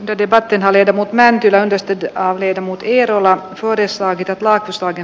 de debatin hallita mut mäntylä on pystytty aaveita muut vierola tuodessaan pidät laatusuhde